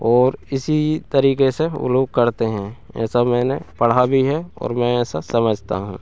और इसी तरीक़े से वे लोग करते हैं ऐसा मैंने पढ़ा भी है और मैं ऐसा समझता हूँ